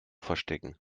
verstecken